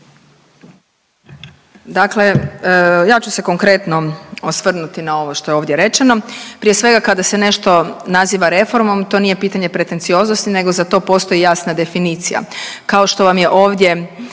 Dakle, ja ću se konkretno osvrnuti na ovo što je ovdje rečeno. Prije svega kada se nešto naziva reformom, to nije pitanje pretencioznosti, nego za to postoji jasna definicija, kao što vam je ovdje